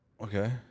Okay